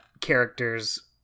characters